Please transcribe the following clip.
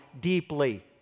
deeply